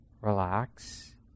relax